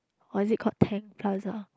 or is it called Tang-Plaza